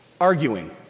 arguing